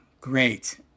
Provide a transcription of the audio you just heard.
Great